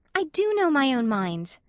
i do know my own mind,